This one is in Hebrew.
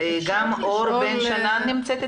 נמצאת אתנו אור בן שנאן?